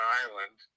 island